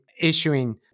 issuing